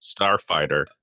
Starfighter